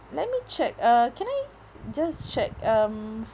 let me check uh can I just check um